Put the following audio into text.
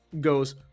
goes